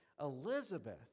Elizabeth